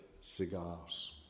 cigars